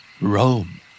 Rome